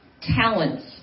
talents